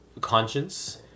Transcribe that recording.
conscience